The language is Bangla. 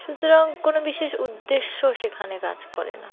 সুতরাং কোনো বিশেষ উদ্দেশ্য সেখানে কাজ করে না